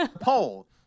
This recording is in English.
poll